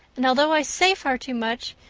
and although i say far too much,